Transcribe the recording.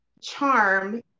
charm